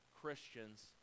Christians